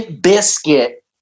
Biscuit